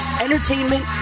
entertainment